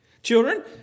Children